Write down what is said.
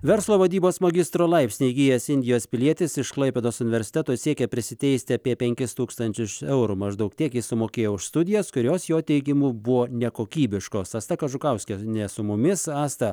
verslo vadybos magistro laipsnį įgijęs indijos pilietis iš klaipėdos universiteto siekia prisiteisti apie penkis tūkstančius eurų maždaug tiek jis sumokėjo už studijas kurios jo teigimu buvo nekokybiškos asta kažukauskienė su mumis asta